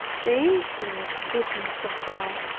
the infinite goodness of god,